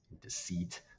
deceit